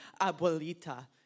abuelita